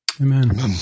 Amen